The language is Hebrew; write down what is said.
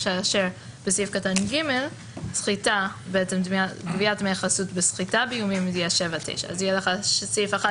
כאשר בסעיף קטן (ג) גביית דמי חסות וסחיטה באיומים זה יהיה שבע ותשע.